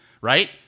right